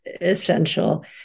essential